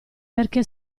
perché